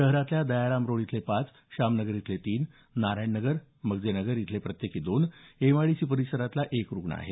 शहरातल्या दयाराम रोड इथले पाच शाम नगर इथले तीन नारायण नगर मजगे नगर इथले प्रत्येकी दोन एमआयडीसी परिसरातला एक रुग्ण आहे